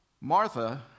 Martha